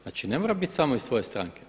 Znači, ne mora biti samo iz tvoje stranke.